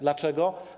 Dlaczego?